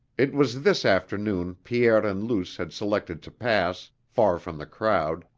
it was this afternoon pierre and luce had selected to pass, far from the crowd,